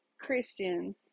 Christians